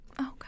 Okay